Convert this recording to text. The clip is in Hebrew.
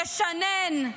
תשנן.